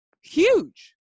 huge